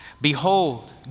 Behold